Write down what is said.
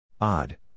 Odd